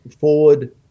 forward